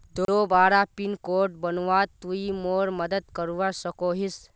दोबारा pin code बनवात तुई मोर मदद करवा सकोहिस?